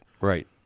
Right